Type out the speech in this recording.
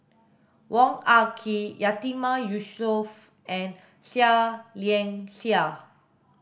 Wong Ah Kee Yatiman Yusof and Seah Liang Seah